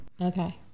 Okay